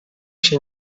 się